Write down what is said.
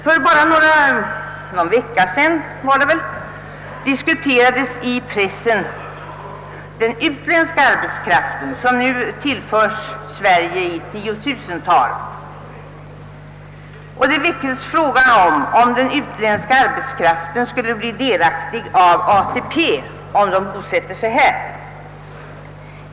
För någon vecka sedan diskuterades i pressen frågan om den utländska arbetskraft, som nu kommer till Sverige i tiotusental. Det frågades bl.a. om utländska arbetstagare borde bli delaktiga av ATP om de bosätter sig här.